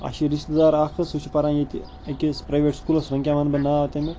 اسہِ چھُ رشتہٕ دار اَکھ حظ سُہ چھُ پَران ییٚتہِ أکِس پریویٹ سُکولس وۄنۍ کیٛاہ وَنہٕ بہٕ ناو تَمیُک